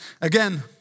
Again